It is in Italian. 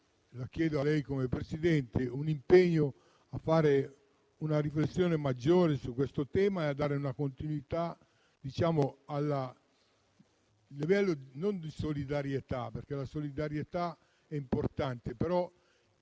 lo chiedo a lei, come Presidente - a svolgere una riflessione maggiore su questo tema e a dare una continuità non solo a livello di solidarietà - certo, la solidarietà è importante -